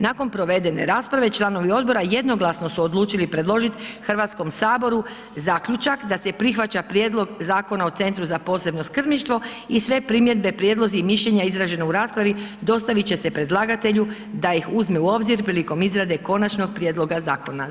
Nakon provede rasprave, članovi odbora jednoglasno su odlučili predložiti HS-u zaključak da se prihvaća Prijedlog zakona o Centru za posebno skrbništvo i sve primjedbe, prijedlozi i mišljenja izraženi u raspravi, dostavit će se predlagatelju da ih uzme u obzir prilikom izrade konačnog prijedloga zakona.